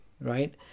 right